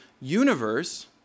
universe